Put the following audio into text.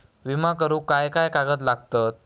विमा करुक काय काय कागद लागतत?